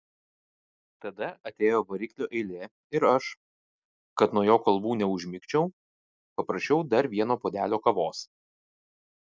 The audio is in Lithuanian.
tada atėjo variklio eilė ir aš kad nuo jo kalbų neužmigčiau paprašiau dar vieno puodelio kavos